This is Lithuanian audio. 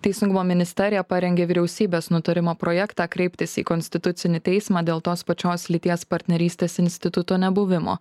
teisingumo ministerija parengė vyriausybės nutarimo projektą kreiptis į konstitucinį teismą dėl tos pačios lyties partnerystės instituto nebuvimo